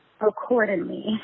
accordingly